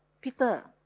Peter